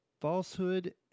Falsehood